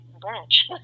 branch